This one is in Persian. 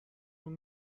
اون